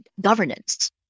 governance